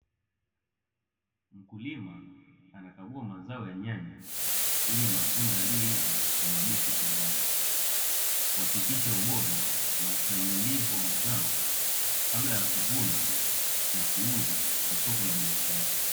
Mkulima anakagua mazao ya nyanya yenye matunda yaliyoiva na mabichi shambani kuhakikisha ubora na ustahimilivu wa mazao kabla ya kuvuna na kuuza kwa soko la biashara.